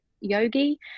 yogi